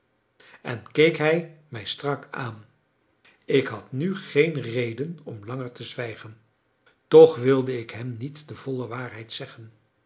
en keek hij mij strak aan ik had nu geen reden om langer te zwijgen toch wilde ik hem niet de volle waarheid zeggen